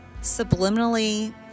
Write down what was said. subliminally